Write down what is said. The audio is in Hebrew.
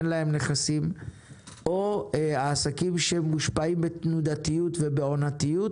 אין להם נכסים או העסקים שלהם מושפעים בתנודתיות ועונתיות